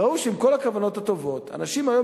וראו שעם כל הכוונות הטובות אנשים היום